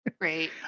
Great